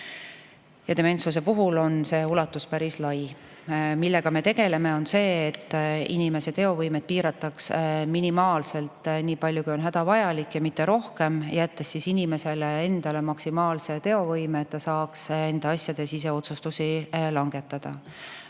Dementsuse puhul on see ulatus päris lai. Me tegeleme sellega, et inimese teovõimet piirataks minimaalselt, nii palju, kui on hädavajalik ja mitte rohkem, jättes inimesele endale maksimaalse teovõime, et ta saaks enda asjades ise otsustusi langetada.